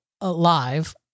live